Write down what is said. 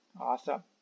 Awesome